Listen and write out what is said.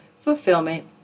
fulfillment